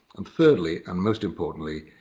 and third, like and most importantly,